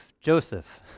Joseph